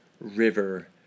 river